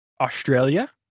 Australia